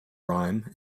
rhyme